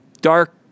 dark